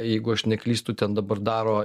jeigu aš neklystu ten dabar daro